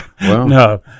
No